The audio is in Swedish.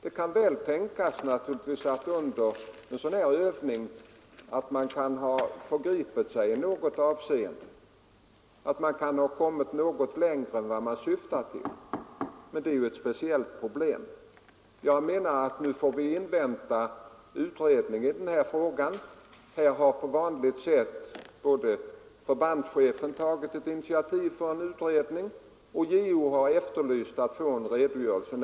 Det kan väl tänkas att man under en sådan här övning i något avseende kan ha förgripit sig på ”fångarnas” rätt, att man kan ha gått något längre än man egentligen syftat till, men det är ett speciellt problem. Här har nu förbandschefen på vanligt sätt tagit initiativ till en utredning, och jag menar att vi nu får invänta resultatet av den Nr 67 utredningens arbete. Vidare har JO efterlyst en redogörelse.